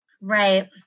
Right